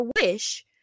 wish